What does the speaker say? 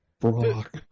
Brock